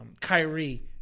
Kyrie